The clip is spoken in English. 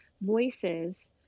voices